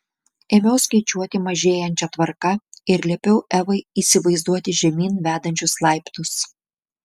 ėmiau skaičiuoti mažėjančia tvarka ir liepiau evai įsivaizduoti žemyn vedančius laiptus